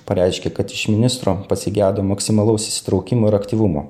pareiškė kad iš ministro pasigedo maksimalaus įsitraukimo ir aktyvumo